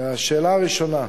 לשאלה הראשונה: